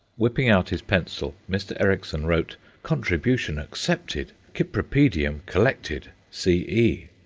whipping out his pencil, mr. ericksson wrote contribution accepted. cypripedium collected c e.